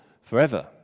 forever